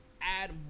add